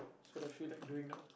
so that's feel like doing now